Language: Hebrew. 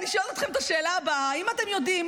אני אשאל אתכם את השאלה הבאה: האם אתם יודעים